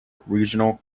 council